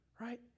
right